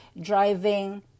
driving